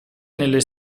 nelle